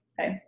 Okay